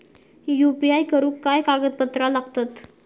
UPI करुक काय कागदपत्रा लागतत?